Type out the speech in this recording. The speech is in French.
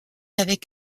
avec